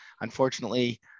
unfortunately